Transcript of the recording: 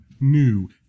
new